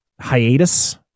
hiatus